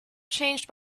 changed